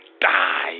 die